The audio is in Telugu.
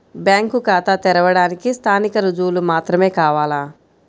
బ్యాంకు ఖాతా తెరవడానికి స్థానిక రుజువులు మాత్రమే కావాలా?